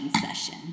session